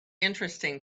interesting